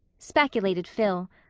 speculated phil.